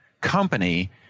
company